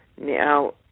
now